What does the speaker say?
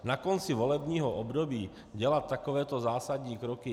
Na konci volebního období dělat takovéto zásadní kroky...